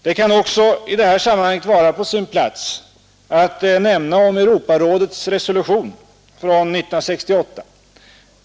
Det kan i det här sammanhanget också vara på sin plats att nämna om Europarådets resolution från 1968.